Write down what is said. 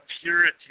purity